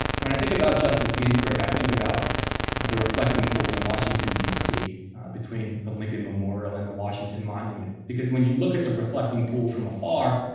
when i think about justice ginsburg, i think about the reflecting pool in washington dc between the lincoln memorial and the washington monument, because when you look at the reflecting pool from afar,